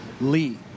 Lee